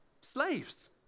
Slaves